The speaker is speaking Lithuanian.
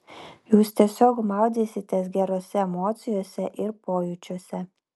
jūs tiesiog maudysitės gerose emocijose ir pojūčiuose